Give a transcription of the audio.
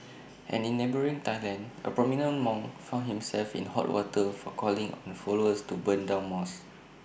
and in neighbouring Thailand A prominent monk found himself in hot water for calling on followers to burn down mosques